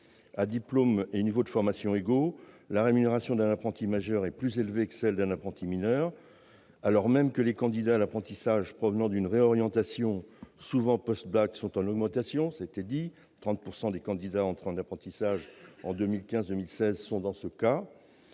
À diplôme et niveau de formation égaux, la rémunération d'un apprenti majeur est plus élevée que celle d'un apprenti mineur. Alors même que les candidats à l'apprentissage provenant d'une réorientation, souvent post-bac, sont en augmentation - 30 % des candidats entrés en apprentissage en 2015-2016 sont dans ce cas